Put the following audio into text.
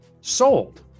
sold